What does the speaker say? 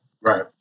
Right